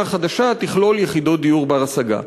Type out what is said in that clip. החדשה תכלול יחידות דיור בר-השגה.